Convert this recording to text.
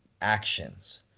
actions